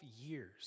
years